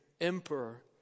emperor